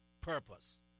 purpose